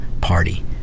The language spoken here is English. party